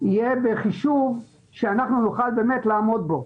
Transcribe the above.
תהיה בחישוב כך שאנחנו נוכל באמת לעמוד בו.